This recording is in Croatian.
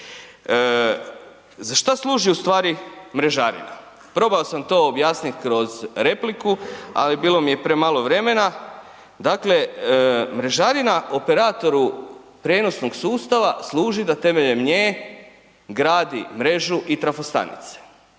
Za šta služi u stvari mrežarina? Probao sam to objasnit kroz repliku, ali bilo mi je premalo vremena, dakle mrežarina operatoru prijenosnog sustava služi da temeljem nje gradi mrežu i trafostanice,